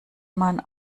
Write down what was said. man